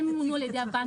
הם מונו על ידי הבנקים,